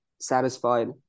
satisfied